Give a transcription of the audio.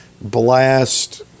blast